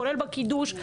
כולל בקידוש,